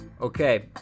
Okay